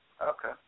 Okay